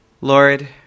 Lord